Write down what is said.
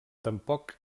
tampoc